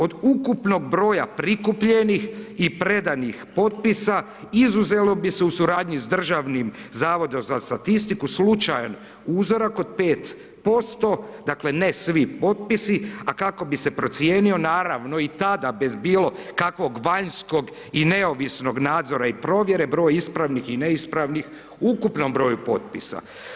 Od ukupnog broja prikupljenih i predanih potpisa izuzelo bi se u suradnji s Državnim zavodom za statistiku slučajan uzorak od 5%, dakle ne svi potpisi, a kako bi se procijenio naravno i tada bez bilo kakvog vanjskog i neovisnog nadzora i provjere, broj ispravnih i neispravnih u ukupnom broju potpisa.